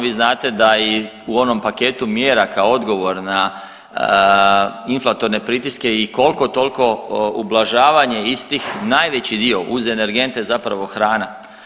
Vi znate da i u onom paketu mjera kao odgovor na inflatorne pritiske i koliko toliko ublažavanje istih najveći dio uz energente zapravo hrana.